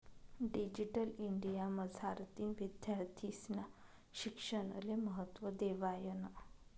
digital India मझारतीन विद्यार्थीस्ना शिक्षणले महत्त्व देवायनं